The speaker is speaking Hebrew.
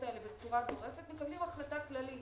האלה בצורה גורפת מקבלים החלטה כללית,